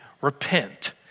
repent